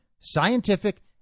Scientific